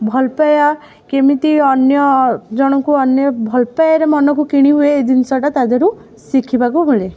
ଭଲ ପାଇବା କେମିତି ଅନ୍ୟ ଜଣଙ୍କୁ ଅନ୍ୟକୁ ଭଲ ପାଇବାରେ ମନକୁ କିଣି ହୁଏ ଏଇ ଜିନିଷଟା ତା ଦେହରୁ ଶିଖିବାକୁ ମିଳେ